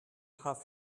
have